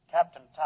Captain